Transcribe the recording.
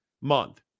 month